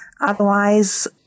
Otherwise